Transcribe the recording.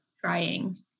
trying